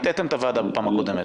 הטעיתם את הוועדה בפעם הקודמת.